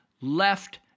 left